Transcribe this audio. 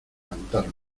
cantar